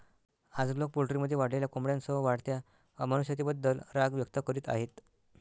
आज, लोक पोल्ट्रीमध्ये वाढलेल्या कोंबड्यांसह वाढत्या अमानुषतेबद्दल राग व्यक्त करीत आहेत